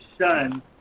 son